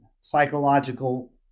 psychological